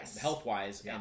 health-wise